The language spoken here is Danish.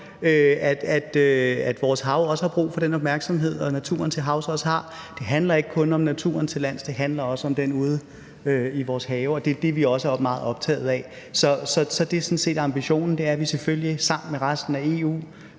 at vores have også har brug for den opmærksomhed, og at naturen til havs også har det. Det handler ikke kun om naturen til lands; det handler også om den natur ude i vores have, og det er det, vi også er meget optaget af. Så det er sådan set ambitionen, nemlig at vi, selvfølgelig sammen med resten af EU,